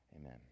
Amen